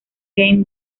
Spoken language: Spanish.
game